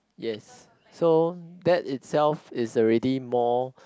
yes so that itself is already more